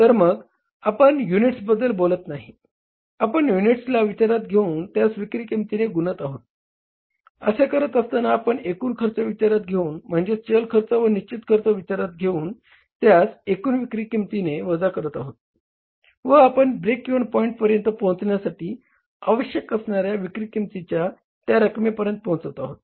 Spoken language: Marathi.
तर मग आपण युनिट्सबद्दल बोलत नाही आपण युनिट्सला विचारात घेऊन त्यास विक्री किंमतीने गुणत आहोत असे करत असताना आपण एकूण खर्च विचारात घेऊन म्हणजेच चल खर्च व निश्चित खर्च विचारता घेऊन त्यास एकूण विक्री किंमतीने वजा करत आहोत व आपण ब्रेक इव्हन पॉईंटपर्यंत पोहचण्यासाठी आवश्यक असणाऱ्या विक्री किंमतीच्या त्या रकमेपर्यंत पोहचत आहोत